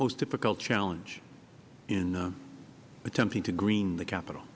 most difficult challenge in attempting to green the capit